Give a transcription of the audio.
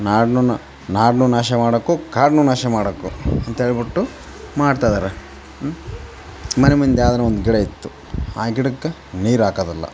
ನಾಡನ್ನು ನಾಡನ್ನು ನಾಶ ಮಾಡೋಕು ಕಾಡನ್ನು ನಾಶ ಮಾಡೋಕು ಅಂತ ಹೇಳಿಬಿಟ್ಟು ಮಾಡ್ತಿದಾರೆ ಹ್ಞೂ ಮನೆಮುಂದೆ ಯಾವ್ದಾನ ಗಿಡ ಇತ್ತು ಆ ಗಿಡಕ್ಕ ನೀರು ಹಾಕೋದಿಲ್ಲ